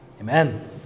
Amen